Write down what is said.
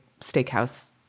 steakhouse